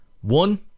one